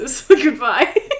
Goodbye